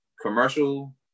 commercial